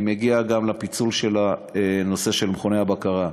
אני מגיע גם לפיצול הנושא של מכוני הבקרה.